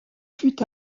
fut